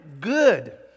good